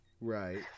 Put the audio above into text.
right